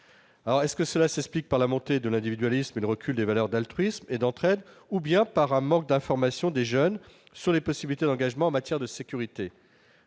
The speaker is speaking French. très faible. Cela s'explique-t-il par la montée de l'individualisme et le recul des valeurs d'altruisme et d'entraide ou par un manque d'information des jeunes sur les possibilités d'engagement en matière de sécurité ?